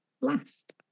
last